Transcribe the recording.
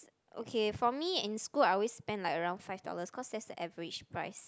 okay for me in school I always spend like around five dollars cause that's the average price